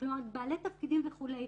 כל הכבוד על זה,